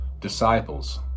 disciples